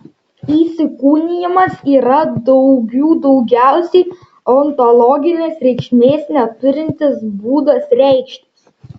įsikūnijimas yra daugių daugiausiai ontologinės reikšmės neturintis būdas reikštis